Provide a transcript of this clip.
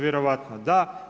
Vjerojatno da.